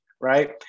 Right